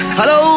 Hello